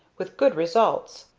with good results.